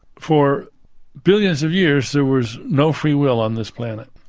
for billions of years there was no free will on this planet.